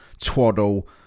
twaddle